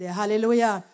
Hallelujah